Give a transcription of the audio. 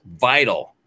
vital